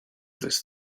this